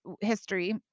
history